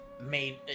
made